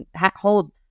hold